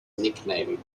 nickname